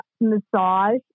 massage